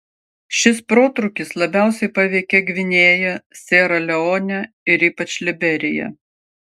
šis protrūkis labiausiai paveikė gvinėją siera leonę ir ypač liberiją